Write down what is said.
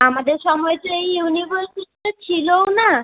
আমাদের সময় তো এই ইউনিভার্সিটিটা ছিলোও না